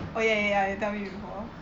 oh ya ya ya you tell me before